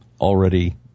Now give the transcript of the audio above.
already